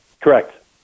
Correct